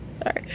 Sorry